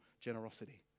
generosity